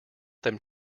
them